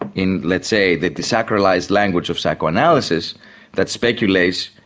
ah in let's say the desacralised language of psychoanalysis that speculates,